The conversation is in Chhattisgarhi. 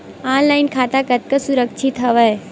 ऑनलाइन खाता कतका सुरक्षित हवय?